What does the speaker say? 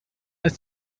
ist